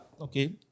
okay